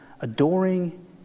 adoring